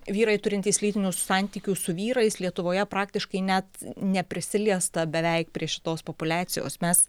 vyrai turintys lytinių santykių su vyrais lietuvoje praktiškai net neprisiliesta beveik prie šitos populiacijos mes